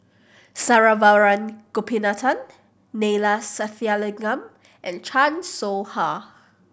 Saravanan Gopinathan Neila Sathyalingam and Chan Soh Ha